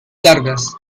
largas